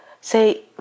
say